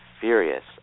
furious